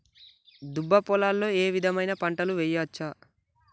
దుబ్బ పొలాల్లో ఏ విధమైన పంటలు వేయచ్చా?